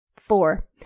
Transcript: Four